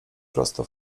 prosto